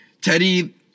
Teddy